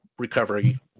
recovery